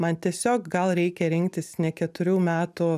man tiesiog gal reikia rinktis ne keturių metų